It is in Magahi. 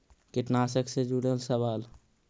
कीटनाशक से जुड़ल सवाल?